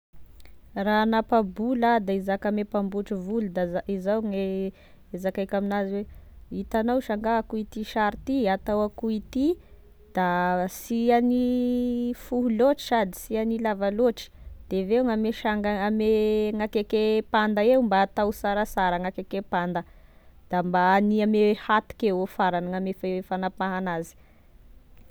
Raha hagnapa-bolo ah da hizaka ame mpamboatra volo da izao gne zakaiko aminazy hoe: hitanay sha ka akoa ty sary ty atao akoa ity sy hany fohy sady sy hany lava loatry, de aveo gn'ame sang- ame gn'akeke panda eo mba atao sarasara gn'akeke panda da mba hany ame hatoky eo e farany ame fagnapaha anazy.